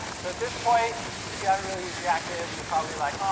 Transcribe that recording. so at this point, if you haven't really used reactive you're probably like,